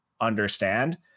understand